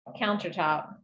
countertop